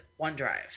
OneDrive